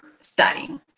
studying